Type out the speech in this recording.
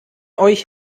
euch